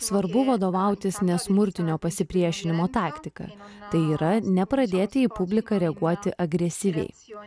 svarbu vadovautis nesmurtinio pasipriešinimo taktika tai yra nepradėti į publiką reaguoti agresyviai